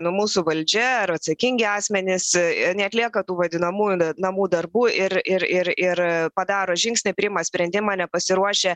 nu mūsų valdžia ar atsakingi asmenys ir neatlieka tų vadinamųjų namų darbų ir ir ir ir padaro žingsnį priima sprendimą nepasiruošę